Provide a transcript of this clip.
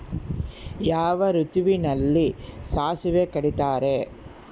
ಯಾವ ಋತುವಿನಲ್ಲಿ ಸಾಸಿವೆ ಕಡಿತಾರೆ?